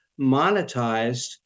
monetized